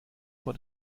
vor